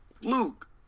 luke